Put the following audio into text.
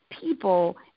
people